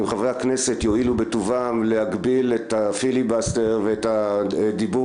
אם חברי הכנסת יואילו בטובם להגביל את הפיליבסטר ואת הדיבור